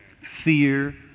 Fear